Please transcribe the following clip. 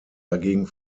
dagegen